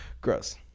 Gross